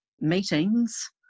meetings